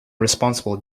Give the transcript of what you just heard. responsible